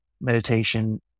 meditation